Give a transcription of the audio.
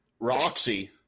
Roxy